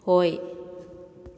ꯍꯣꯏ